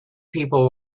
people